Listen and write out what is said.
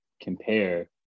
compare